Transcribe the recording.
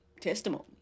testimony